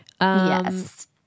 Yes